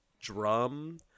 drum